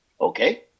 Okay